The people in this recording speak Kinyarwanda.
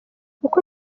uko